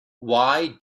why